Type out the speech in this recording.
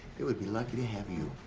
they would be lucky to have you.